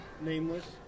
Nameless